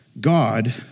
God